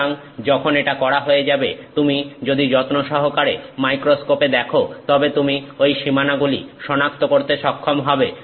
সুতরাং যখন এটা করা হয়ে যাবে তুমি যদি যত্ন সহকারে মাইক্রোস্কোপে দেখো তবে তুমি ঐ সীমানাগুলি সনাক্ত করতে সক্ষম হবে